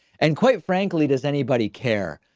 and quite frankly, does anybody care?